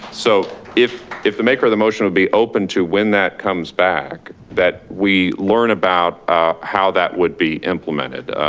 so if if the maker of the motion will be open to when that comes back that we learn about how that would be implemented,